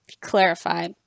clarify